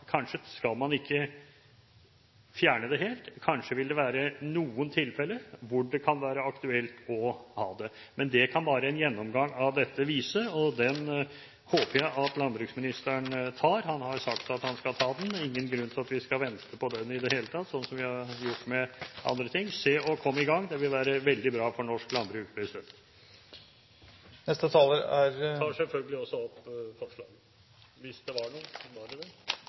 kanskje skal man ikke fjerne det helt, kanskje vil det være noen tilfeller hvor det kan være aktuelt å ha det. Men det kan bare en gjennomgang av dette vise, og den håper jeg at landbruksministeren tar. Han har sagt at han skal ta den, og det er ingen grunn til at vi skal vente på den i det hele tatt, sånn som vi har gjort med andre ting. Se å komme i gang! Det vil være veldig bra for norsk landbruk. Jeg tar selvfølgelig også opp forslagene – hvis det var noen, og det var